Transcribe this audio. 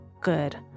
good